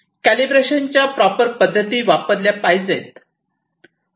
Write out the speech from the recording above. calibration च्या proper पद्धती वापरल्या पाहिजेत